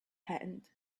hand